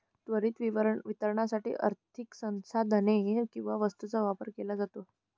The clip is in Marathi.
त्वरित वितरणासाठी आर्थिक संसाधने किंवा वस्तूंचा व्यापार केला जातो